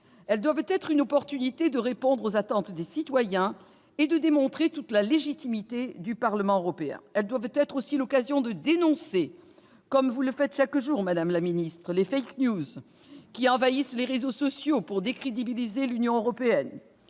Elles doivent être une occasion de répondre aux attentes des citoyens et de démontrer toute la légitimité du Parlement européen. Elles doivent être aussi l'occasion de dénoncer, comme vous le faites chaque jour, madame la ministre, les qui envahissent les réseaux sociaux pour décrédibiliser l'Union européenne.